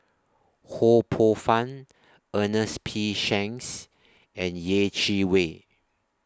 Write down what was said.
Ho Poh Fun Ernest P Shanks and Yeh Chi Wei